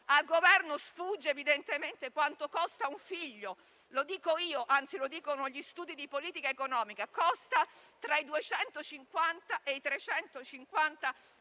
Al Governo sfugge evidentemente quanto costa un figlio, e non lo dico io, ma lo dicono gli studi di politica economica: costa tra i 250 e i 350 euro